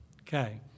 Okay